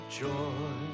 joy